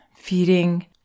feeding